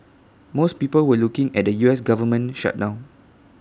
most people were looking at the U S Government shutdown